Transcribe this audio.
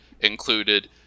included